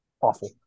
Awful